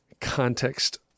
context